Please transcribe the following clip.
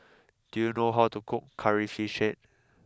do you know how to cook Curry Fish Head